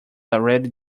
already